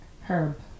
Herb